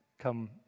come